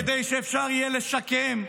-- כדי שאפשר יהיה לשקם.